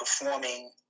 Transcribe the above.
performing